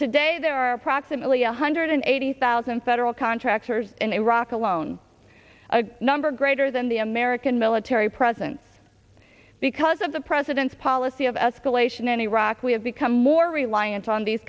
today there are approximately one hundred eighty thousand federal contractors in iraq alone a number greater than the american military presence because of the president's policy of escalation in iraq we have become more reliant on these